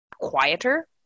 quieter